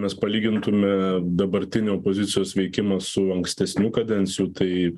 mes palygintume dabartinį opozicijos veikimą su ankstesnių kadencijų tai